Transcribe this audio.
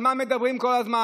על מה מדברים כל הזמן?